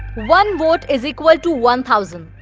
one vote is equal to one thousand.